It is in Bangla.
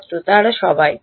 ছাত্র তারা সবাই